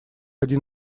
один